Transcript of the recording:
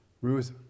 Ruth